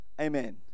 Amen